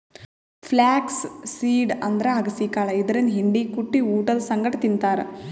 flax seed ಅಂದ್ರ ಅಗಸಿ ಕಾಳ್ ಇದರಿಂದ್ ಹಿಂಡಿ ಕುಟ್ಟಿ ಊಟದ್ ಸಂಗಟ್ ತಿಂತಾರ್